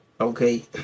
okay